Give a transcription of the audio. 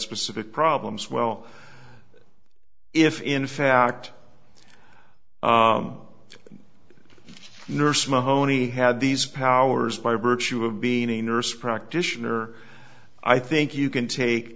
specific problems well if in fact the nurse mahoney had these powers by virtue of being a nurse practitioner i think you can take